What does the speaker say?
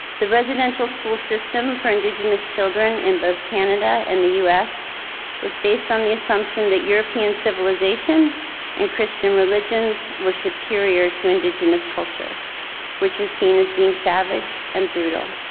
the residential school system for indigenous children in both canada and the us was based on the assumption that european civilization and christian religions were superior to indigenous culture which was seen as being savage and brutal.